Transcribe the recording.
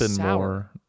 more